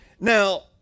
now